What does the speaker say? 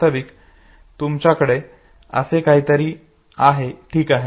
वास्तविक तुमच्याकडे असे काहीतरी आहे ठीक आहे